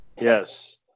Yes